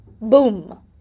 boom